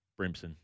Brimson